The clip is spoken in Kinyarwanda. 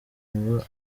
ngo